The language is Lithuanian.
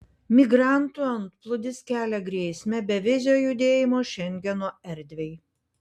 migrantų antplūdis kelia grėsmę bevizio judėjimo šengeno erdvei